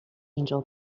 angel